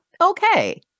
okay